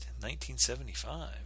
1975